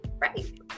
Right